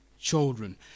children